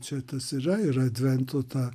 čia tas yra ir advento ta